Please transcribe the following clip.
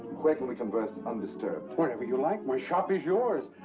where can we converse undisturbed? wherever you like. my shop is yours.